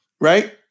Right